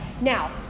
now